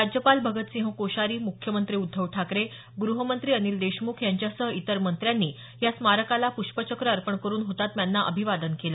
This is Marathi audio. राज्यपाल भगतसिंह कोश्यारी मुख्यमंत्री उद्धव ठाकरे ग्रहमंत्री अनिल देशमुख यांच्यासह इतर मंत्र्यांनी या स्मारकाला प्ष्पचक्र अर्पण करुन हुतात्म्यांना अभिवादन केलं